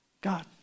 God